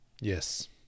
Yes